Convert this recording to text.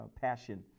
passion